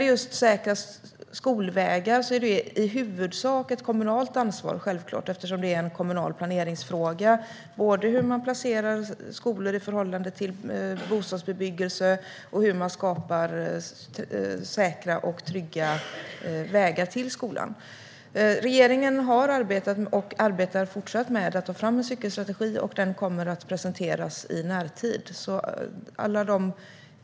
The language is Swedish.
Just säkra skolvägar är i huvudsak ett kommunalt ansvar, eftersom det är en kommunal planeringsfråga. Det gäller hur man placerar skolor i förhållande till bostadsbebyggelse och hur man skapar säkra och trygga vägar till skolan. Regeringen har arbetat och arbetar även fortsättningsvis med att ta fram en cykelstrategi. Den kommer att presenteras i närtid.